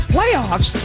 Playoffs